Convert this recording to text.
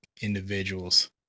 individuals